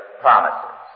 promises